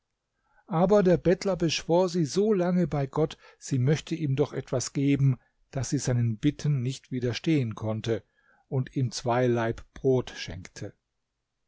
aber der bettler beschwor sie solange bei gott sie möchte ihm doch etwas geben daß sie seinen bitten nicht widerstehen konnte und ihm zwei laib brot schenkte